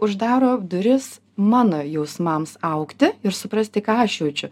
uždaro duris mano jausmams augti ir suprasti ką aš jaučiu